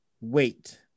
Wait